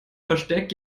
verstärkt